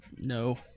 No